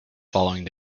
following